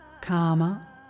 Karma